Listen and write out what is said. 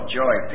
joy